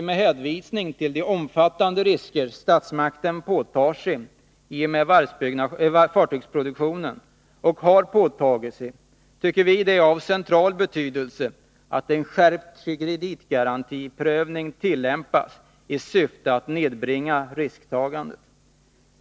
Med hänvisning till de omfattande risker statsmakten påtar sig och har påtagit sig i och med fartygsproduktionen tycker vi att det är av central betydelse att en skärpt kreditgarantiprövning tillämpas i syfte att nedbringa risktagandet.